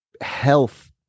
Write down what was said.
health